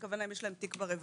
הכוונה אם יש להם תיק ברווחה.